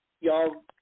Y'all